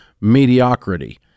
mediocrity